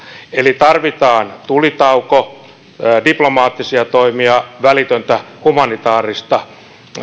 eli tarvitaan tulitauko diplomaattisia toimia välitöntä humanitaarista